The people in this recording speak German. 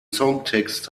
songtext